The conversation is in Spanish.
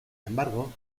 embargo